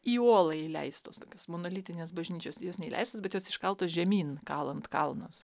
į uolą įleistos tokios monolitinės bažnyčios jos ne įleistos bet jos iškaltos žemyn kalant kalnus